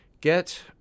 get